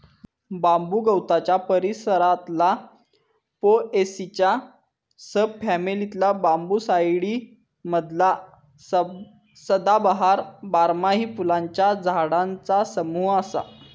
बांबू गवताच्या परिवारातला पोएसीच्या सब फॅमिलीतला बांबूसाईडी मधला सदाबहार, बारमाही फुलांच्या झाडांचा समूह असा